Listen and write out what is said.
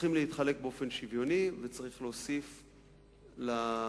צריכות להתחלק באופן שוויוני וצריך להוסיף ליישובים.